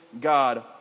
God